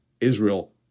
Israel